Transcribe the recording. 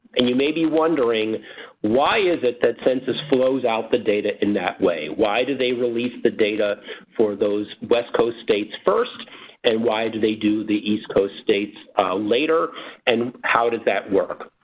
and you made wondering why is it that census flows out the data in that way? why do they release the data for those west coast states first and why do they do the east coast states later and how does that work?